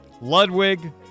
Ludwig